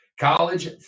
College